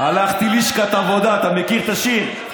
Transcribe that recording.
הלכתי לשכת עבודה, אתה מכיר את השיר?